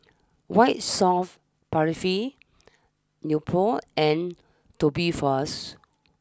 White soft Paraffin Nepro and Tubifast